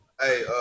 Hey